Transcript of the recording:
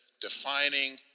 defining